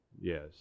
Yes